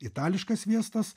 itališkas sviestas